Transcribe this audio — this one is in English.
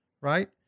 right